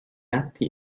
atti